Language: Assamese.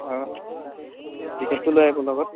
অঁ টিকেটটো লৈ আহিব লগত